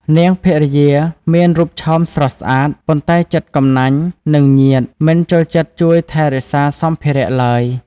នាងភរិយាមានរូបឆោមស្រស់ស្អាត ប៉ុន្តែចិត្តកំណាញ់នឹងញាតិ មិនចូលចិត្តជួយថែរក្សាសម្ភារៈឡើយ។